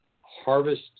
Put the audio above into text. harvest